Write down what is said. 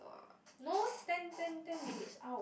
no ten ten ten minutes !ow!